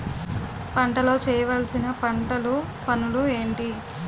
పంటలో చేయవలసిన పంటలు పనులు ఏంటి?